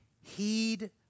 Heed